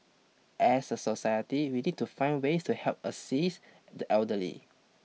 as a society we need to find ways to help assist the elderly